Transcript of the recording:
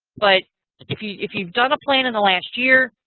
but if you've if you've done a plan in the last year,